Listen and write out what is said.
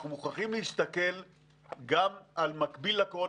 אנחנו מוכרחים להסתכל גם על מקביל לקורונה.